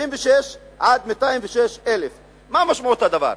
מ-76,000 עד 206,000. מה משמעות הדבר?